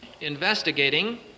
Investigating